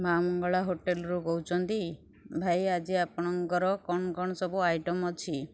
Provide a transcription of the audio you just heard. ମା ମଙ୍ଗଳା ହୋଟେଲ୍ରୁ କହୁଛନ୍ତି ଭାଇ ଆଜି ଆପଣଙ୍କର କଣ କଣ ସବୁ ଆଇଟମ୍ ଅଛି